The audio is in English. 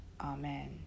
Amen